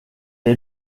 est